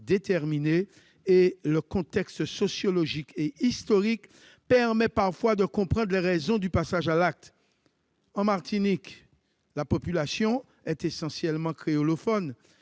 département et le contexte sociologique et historique permet parfois de comprendre les raisons d'un passage à l'acte. En Martinique, la population est essentiellement créolophone